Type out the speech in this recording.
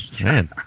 man